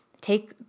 Take